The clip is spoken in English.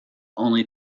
only